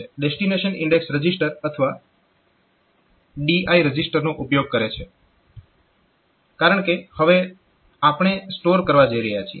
આ destination index register અથવા DI રજીસ્ટરનો ઉપયોગ કરે છે કારણકે હવે આપણે સ્ટોર કરવા જઈ રહ્યા છીએ